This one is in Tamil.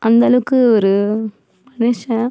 அந்தளவுக்கு ஒரு மனுஷன்